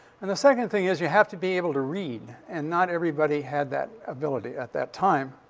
and the second thing is you have to be able to read and not everybody had that availability at that time,